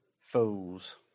Fools